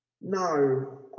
No